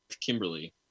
Kimberly